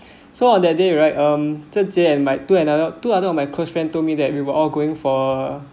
so on that day right erm zhen jie and my two another two other of my close friend told me that we were all going for